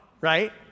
right